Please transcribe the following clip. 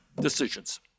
decisions